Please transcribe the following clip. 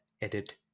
edit